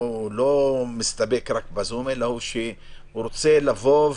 לא רק מסתפק בזום אלא הוא רוצה לבוא,